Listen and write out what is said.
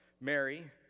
Mary